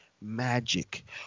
magic